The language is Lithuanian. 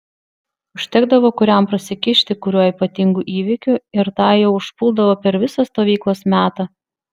užtekdavo kuriam prasikišti kuriuo ypatingu įvykiu ir tą jau užpuldavo per visą stovyklos metą